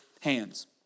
hands